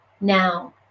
now